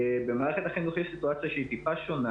במערכת החינוך יש סיטואציה שהיא טיפה שונה